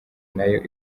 nayo